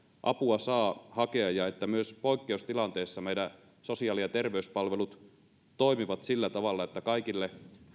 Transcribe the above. apua saa hakea ja että myös poikkeustilanteessa meidän sosiaali ja terveyspalvelut toimivat sillä tavalla että kaikille